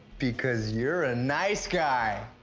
because you're a nice guy.